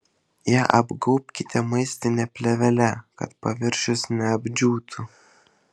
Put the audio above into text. ją apgaubkite maistine plėvele kad paviršius neapdžiūtų